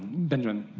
benjamin?